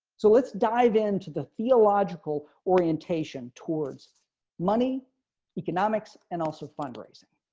so let's dive into the theological orientation towards money economics and also fundraising.